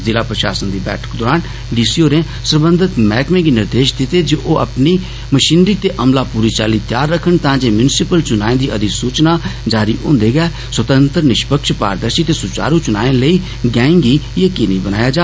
ज़िला प्रशासन दी बैठक दौरान डी सी होरें सरबंघत मैहकमें गी निर्देश दिते जे ओह् अपनी मशीनरी ते अमला पूरी चाल्ली तैयार रक्खन तां जे म्युनिसिपल चुनाएं दी अधिसूचना जारी होन्दे गै स्वतंत्र निपक्ष पारदर्शी ते सुचारु चुनाएं लेई गैं गी यकीनी बनाया जा